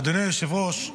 אדוני היושב-ראש,